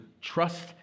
trust